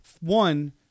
one